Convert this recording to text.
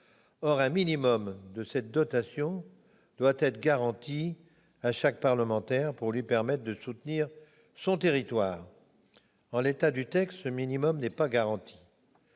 part minimum de cette dotation doit être garantie à chaque parlementaire pour lui permettre de soutenir son territoire. En l'état du texte, ce minimum n'est pas garanti.